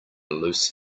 loose